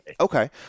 Okay